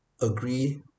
agree